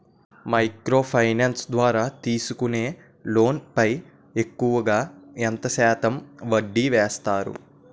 Micro finance ద్వారా తీసుకునే loan పై ఎక్కువుగా ఎంత శాతం వడ్డీ వేస్తారు?